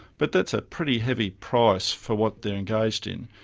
but that's a pretty heavy price for what they're engaged in,